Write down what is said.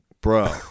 Bro